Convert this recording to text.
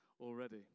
already